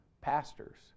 pastors